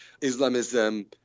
Islamism